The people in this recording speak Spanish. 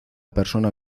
persona